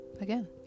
again